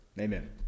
Amen